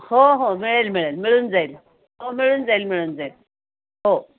हो हो मिळेल मिळेल मिळून जाईल हो मिळून जाईल मिळून जाईल हो